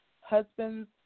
husbands